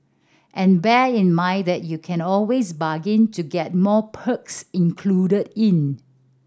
and bear in mind that you can always bargain to get more perks included in